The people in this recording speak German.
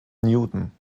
newton